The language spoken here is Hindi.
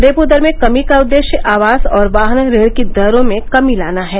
रेपो दर में कमी का उद्देश्य आवास और वाहन ऋण की दरों में कमी लाना है